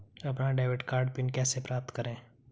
अपना debit card pin कैसे प्राप्त करें?